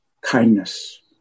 kindness